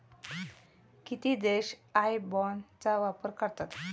किती देश IBAN चा वापर करतात?